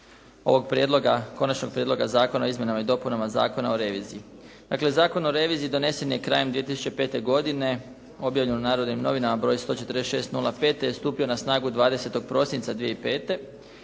Konačnog prijedloga zakona o izmjenama i dopunama Zakona o reviziji. Dakle, Zakon o reviziji donesen je krajem 2005. godine objavljen u "Narodnim novinama" br. 146/05. te je stupio na snagu 20. prosinca 2005.